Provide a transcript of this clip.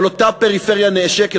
אבל אותה פריפריה נעשקת,